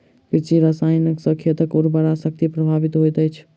कृषि रसायन सॅ खेतक उर्वरा शक्ति प्रभावित होइत अछि